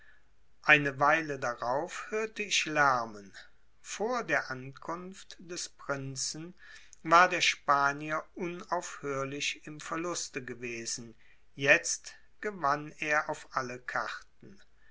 eine weile darauf hörte ich lärmen vor der ankunft des prinzen war der spanier unaufhörlich im verluste gewesen jetzt gewann er auf alle karten